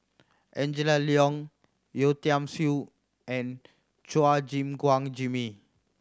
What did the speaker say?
Angela Liong Yeo Tiam Siew and Chua Gim Guan Jimmy